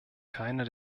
keiner